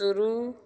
शुरू